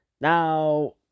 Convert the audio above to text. Now